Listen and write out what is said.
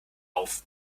auf